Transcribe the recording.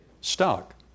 stock